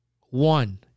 One